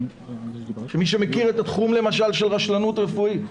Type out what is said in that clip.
כמי שמכיר למשל את התחום של רשלנות רפואית,